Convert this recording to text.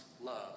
love